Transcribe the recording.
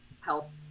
health